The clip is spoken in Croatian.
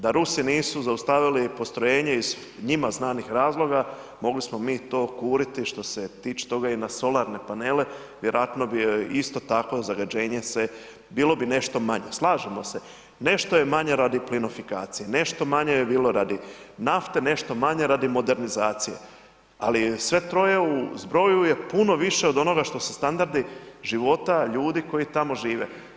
Da Rusi nisu zaustavili postrojenje iz njima znanih razloga, mogli smo mi to kuriti što se tiče toga i na solarne panele, vjerojatno bi joj isto tako zagađenje se, bilo bi nešto manje, slažemo se, nešto je manje radi plinofikacije, nešto manje bi bilo radi nafte, nešto manje radi modernizacije, ali sve troje u zbroju je puno više od onoga što su standardi života ljudi koji tamo žive.